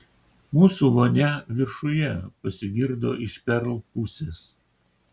mūsų vonia viršuje pasigirdo iš perl pusės